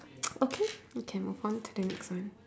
okay we can move on to the next one